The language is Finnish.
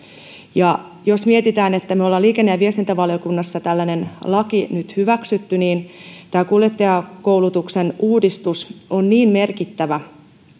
jos mietitään että me olemme liikenne ja viestintävaliokunnassa tällaisen lain nyt hyväksyneet niin tämä kuljettajakoulutuksen uudistus on niin merkittävä